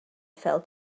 fell